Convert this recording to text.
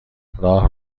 راه